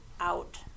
out